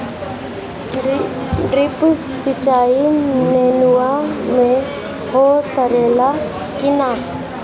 Drip सिंचाई नेनुआ में हो सकेला की नाही?